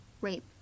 rape